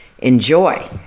Enjoy